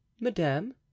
Madame